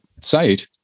site